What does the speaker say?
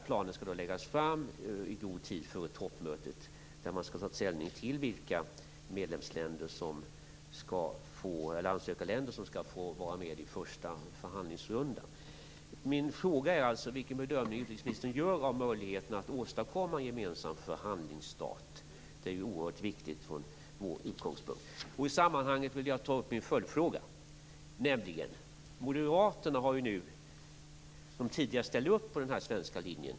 Planen skall läggas fram i god tid före toppmötet där man skall ta ställning till vilka ansökarländer som skall få vara med i första förhandlingsrundan. Min fråga är: Vilken bedömning gör utrikesministern av möjligheterna att åstadkomma gemensam förhandlingsstart? Det är oerhört viktigt utifrån vår utgångspunkt. I det sammanhanget vill jag också ta upp min följdfråga. Moderaterna ställde tidigare upp på den svenska linjen.